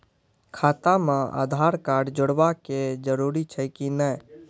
खाता म आधार कार्ड जोड़वा के जरूरी छै कि नैय?